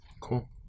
Cool